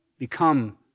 become